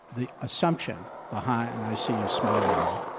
the assumption behind and i see you smiling there.